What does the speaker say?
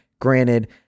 Granted